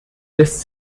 lässt